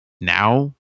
now